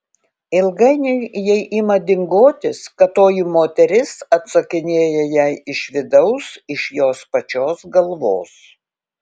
ilgainiui jai ima dingotis kad toji moteris atsakinėja jai iš vidaus iš jos pačios galvos